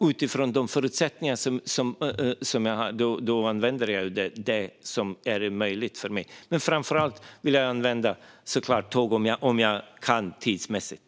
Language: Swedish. Utifrån förutsättningarna använder jag det som är möjligt för mig. Men framför allt vill jag såklart använda tåg om jag kan göra det tidsmässigt.